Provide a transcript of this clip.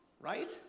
Right